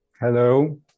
Hello